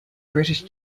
british